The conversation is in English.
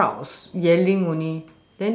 crowds yelling only